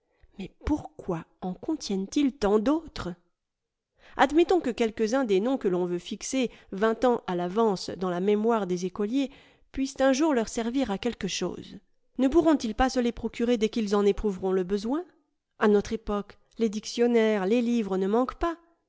mais pourquoi en contiennent ils tant d'autres admettons que quelques-uns des noms que l'on veut fixer ving t ans à l'avance dans la mémoire des écoliers puissent un jour leur servir à quelque chose ne pourront il pas se les procurer dès qu'ils en éprouveront le besoin a notre époque les dictionnaires les livres ne manquent pas